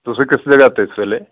ਤੁਸੀਂ ਕਿਸ ਜਗ੍ਹਾ 'ਤੇ ਇਸ ਵੇਲੇ